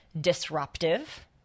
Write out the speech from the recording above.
Disruptive